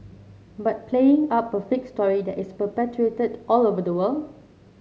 but playing up a fake story that is perpetuated all over the world